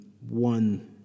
one